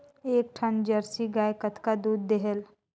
एक ठन जरसी गाय कतका दूध देहेल?